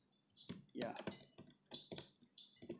ya